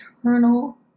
eternal